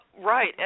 right